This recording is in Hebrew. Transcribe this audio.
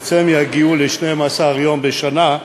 בעצם יגיעו ל-12 יום בשנה,